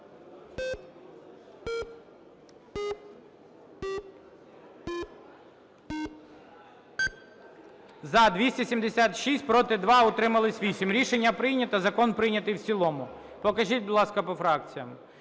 За-276 Проти – 2, утримались 8. Рішення прийнято. Закон прийнятий в цілому. Покажіть, будь ласка, по фракціям.